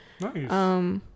Nice